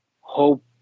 hope